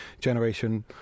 generation